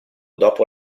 dopo